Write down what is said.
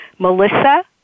Melissa